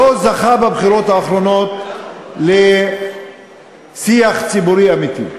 לא זכו בבחירות האחרונות לשיח ציבורי אמיתי.